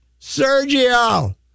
sergio